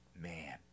man